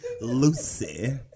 Lucy